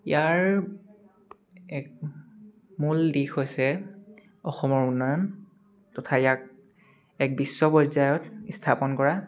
ইয়াৰ এক মূল দিশ হৈছে অসমৰ উন্নয়ন তথা ইয়াক এক বিশ্ব পৰ্যায়ত স্থাপন কৰা